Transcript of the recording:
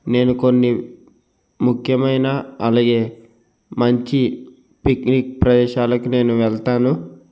నేను కొన్ని ముఖ్యమైన అలాగే మంచి పిక్నిక్ ప్రదేశాలకు నేను వెళ్తాను